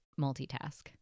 multitask